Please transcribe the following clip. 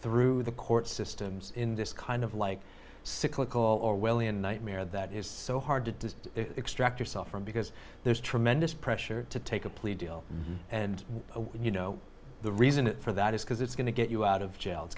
through the court systems in this kind of like cyclical orwellian nightmare that is so hard to extract yourself from because there's tremendous pressure to take a plea deal and when you know the reason for that is because it's going to get you out of jail i